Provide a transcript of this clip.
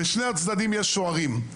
בשני הצדדים יש שוערים.